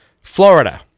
Florida